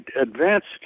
advanced